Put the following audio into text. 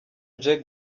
nje